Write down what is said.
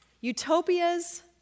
Utopias